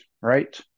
Right